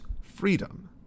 freedom